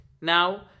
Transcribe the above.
Now